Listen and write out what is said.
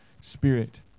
spirit